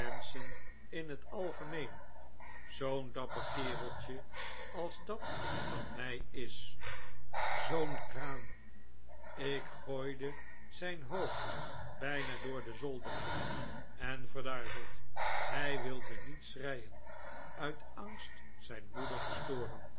in het algemeen zoo'n dapper kereltje als dat van mij is zoo'n kraan ik gooide zijn hoofd bijna door de zoldering en verduiveld hij wilde niet schreien uit angst zijn moeder te storen